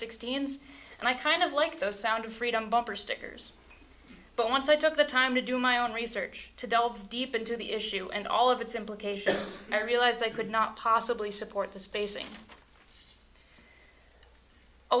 sixteen s and i kind of like the sound of freedom bumper stickers but once i took the time to do my own research to delve deep into the issue and all of its implications i realized i could not possibly support the spacing a